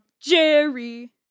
Jerry